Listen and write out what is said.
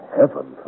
Heaven